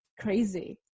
crazy